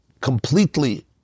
completely